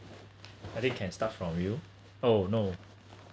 I think can start from you oh no